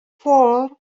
four